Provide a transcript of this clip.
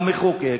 המחוקק,